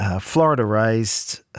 Florida-raised